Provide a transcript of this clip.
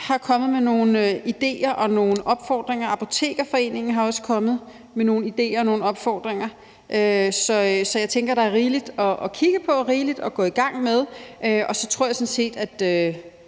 er kommet med nogle idéer og nogle opfordringer, og Apotekerforeningen er også kommet med nogle idéer og opfordringer, så jeg tænker, der er rigeligt at kigge på, rigeligt at gå i gang med, og så tror jeg sådan set,